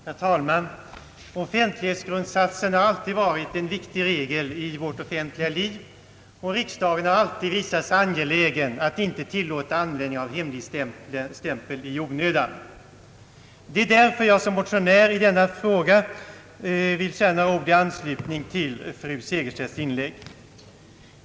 Herr talman! Offentlighetsprincipen har alltid varit en viktig grundsats i vårt offentliga liv. Riksdagen har också visat sig angelägen att inte i onödan tillåta användandet av hemligstämpeln. Jag vill därför i egenskap av motionär 1 denna fråga säga några ord i anslutning till fru Segerstedt Wibergs inlägg.